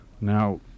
Now